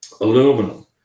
aluminum